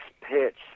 pitch